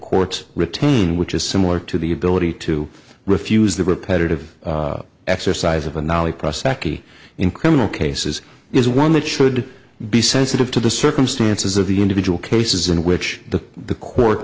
courts retain which is similar to the ability to refuse the repetitive exercise of a knowledge process in criminal cases is one that should be sensitive to the circumstances of the individual cases in which the the court